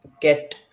get